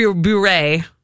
Bure